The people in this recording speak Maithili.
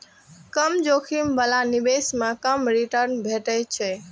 कम जोखिम बला निवेश मे कम रिटर्न भेटै छै